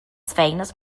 feines